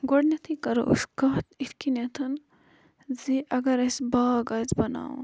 گۄڈنیٚتھٕے کَرو أسۍ کتھ اِتھ کنتھَن زٕ اگر آسہِ باغ آسہِ بَناوُن